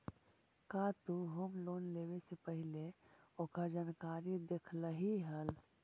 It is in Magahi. का तु होम लोन लेवे से पहिले ओकर जानकारी देखलही हल?